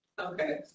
Okay